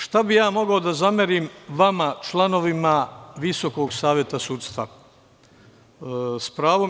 Šta bih ja mogao da zamerim vama, članovima Visokog saveta sudstva s pravom?